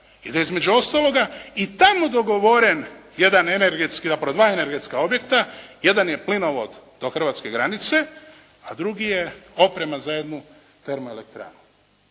i da između ostaloga i tamo dogovoren dva energetska objekta. Jedan je plinovod do hrvatske granice, a drugi je oprema za jednu termoelektranu.